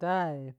tai.